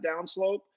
downslope